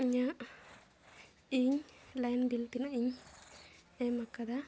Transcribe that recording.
ᱤᱧᱟᱹᱜ ᱤᱧ ᱞᱟᱹᱭᱤᱱ ᱵᱤᱞ ᱛᱤᱱᱟᱹᱜ ᱤᱧ ᱮᱢ ᱟᱠᱟᱫᱟ